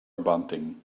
bunting